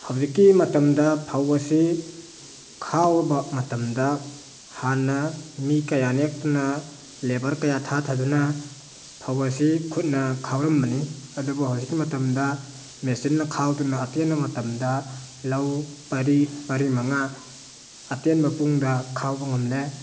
ꯍꯧꯖꯤꯛꯀꯤ ꯃꯇꯝꯗ ꯐꯧ ꯑꯁꯤ ꯈꯥꯎꯕ ꯃꯇꯝꯗ ꯍꯥꯟꯅ ꯃꯤ ꯀꯌꯥ ꯅꯦꯛꯇꯨꯅ ꯂꯦꯕꯔ ꯀꯌꯥ ꯊꯥꯊꯗꯨꯅ ꯐꯧ ꯑꯁꯤ ꯈꯨꯠꯅ ꯈꯥꯎꯔꯝꯕꯅꯤ ꯑꯗꯨꯕꯨ ꯍꯧꯖꯤꯛꯀꯤ ꯃꯇꯝꯗ ꯃꯦꯆꯤꯟꯅ ꯈꯥꯎꯗꯨꯅ ꯑꯇꯦꯟꯕ ꯃꯇꯝꯗ ꯂꯧ ꯄꯔꯤ ꯃꯔꯤ ꯃꯉꯥ ꯑꯇꯦꯟꯕ ꯄꯨꯡꯗ ꯈꯥꯎꯕ ꯉꯝꯂꯦ